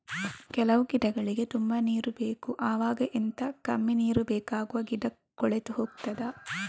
ಕೆಲವು ಗಿಡಗಳಿಗೆ ತುಂಬಾ ನೀರು ಬೇಕು ಅವಾಗ ಎಂತ, ಕಮ್ಮಿ ನೀರು ಬೇಕಾಗುವ ಗಿಡ ಕೊಳೆತು ಹೋಗುತ್ತದಾ?